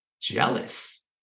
jealous